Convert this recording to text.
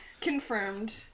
Confirmed